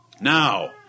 Now